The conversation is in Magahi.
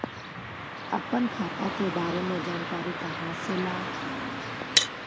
अपन खाता के बारे मे जानकारी कहा से ल?